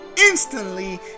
Instantly